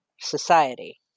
society